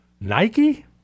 Nike